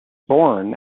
born